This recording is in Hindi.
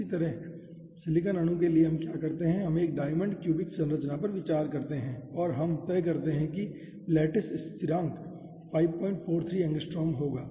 इसी तरह सिलिकॉन अणु के लिए हम क्या करते हैं हम एक डायमंड क्यूबिक संरचना पर विचार करते है और हम तय करते हैं कि लैटिस स्थिरांक 543 एंगस्ट्रॉम होगा